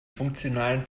funktionalen